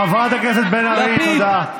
חברת הכנסת בן ארי, תודה.